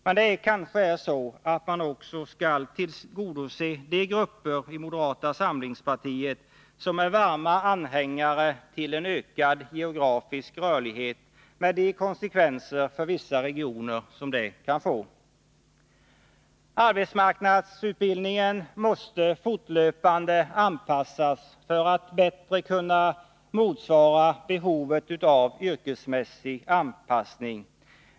Men det kanske är så, att man också skall tillgodose de grupper i moderata samlingspartiet som är varma anhängare till en ökad geografisk rörlighet med de konsekvenser för vissa regioner som detta kan få. Arbetsmarknadsutbildningen måste fortlöpande ses över för att bättre kunna motsvara behovet av yrkesmässig anpassning.